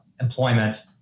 employment